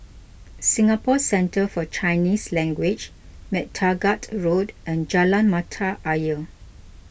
Singapore Centre for Chinese Language MacTaggart Road and Jalan Mata Ayer